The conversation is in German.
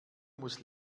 muss